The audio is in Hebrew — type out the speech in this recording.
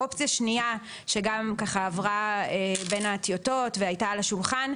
אופציה שנייה שגם ככה עברה בין הטיוטות והייתה על השולחן,